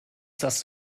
das